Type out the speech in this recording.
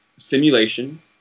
simulation